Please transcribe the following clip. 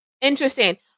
Interesting